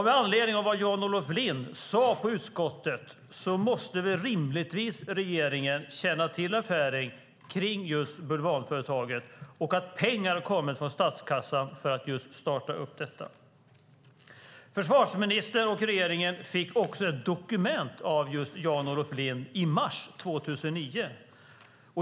Med anledning av vad Jan-Olof Lind sade i utskottet måste regeringen rimligtvis känna till affären med bulvanföretaget och att pengar kommit från statskassan för att starta detta. Försvarsministern och regeringen fick också ett dokument av Jan-Olof Lind i mars 2009.